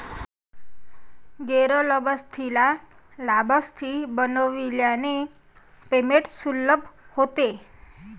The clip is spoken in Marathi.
गैर लाभार्थीला लाभार्थी बनविल्याने पेमेंट सुलभ होते